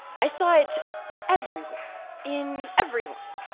i saw it everywhere, in everyone.